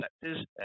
sectors